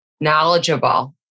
knowledgeable